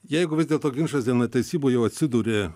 jeigu vis dėlto ginčas dėl netesybų jau atsidūrė